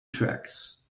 tracks